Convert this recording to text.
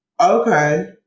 okay